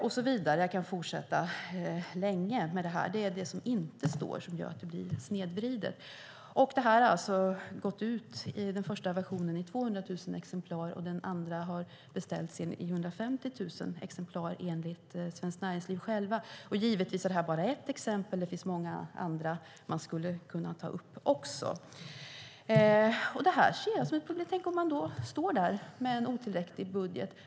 Jag skulle kunna fortsätta länge med detta. Det är det som inte står som gör att det blir snedvridet. Den första versionen gick ut i 200 000 exemplar, och den andra har beställts i 150 000 exemplar, enligt Svenskt Näringsliv. Detta är givetvis bara ett exempel. Det finns många andra som man också skulle kunna ta upp. Tänk om man står där med en otillräcklig budget.